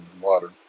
water